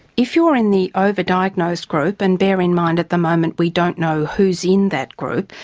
if you are in the over-diagnosed group, and bear in mind at the moment we don't know who's in that group,